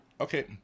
Okay